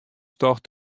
tocht